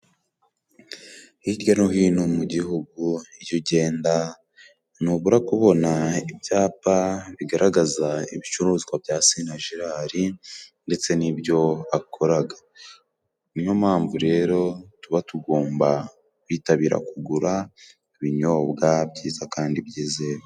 Hirya no hino mu gihugu iyo ugenda, ntubura kubona ibyapa bigaragaza ibicuruzwa bya Sina Jerari ndetse n'ibyo akoraga. Niyo mpamvu rero tuba tugomba kwitabira kugura ibinyobwa byiza kandi byizewe.